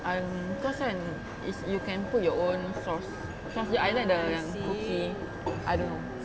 um cause kan it's you can put your own sauce because I like the yang cookie I don't know